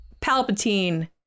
Palpatine